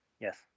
Yes